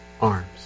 arms